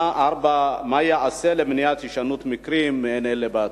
4. מה ייעשה למניעת הישנות מקרים מעין אלה בעתיד?